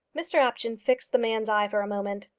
mr apjohn fixed the man's eye for a moment.